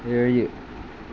ഏഴ്